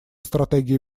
стратегией